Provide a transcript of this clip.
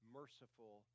merciful